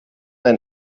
ein